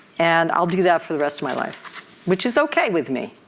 and i'll do that for the rest of my life which is okay with me.